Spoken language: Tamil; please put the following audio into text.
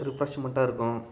ரிஃப்ரெஸ்மெண்டாக இருக்கும்